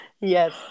Yes